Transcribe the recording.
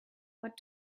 what